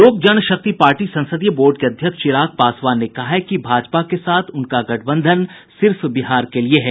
लोक जनशक्ति पार्टी संसदीय बोर्ड के अध्यक्ष चिराग पासवान ने कहा है कि भाजपा के साथ उनका गठबंधन सिर्फ बिहार के लिये है